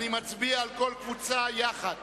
ואני מצביע על כל קבוצה יחד.